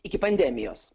iki pandemijos